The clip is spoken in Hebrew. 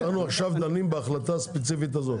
אנחנו עכשיו דנים בהחלטה הספציפית הזו.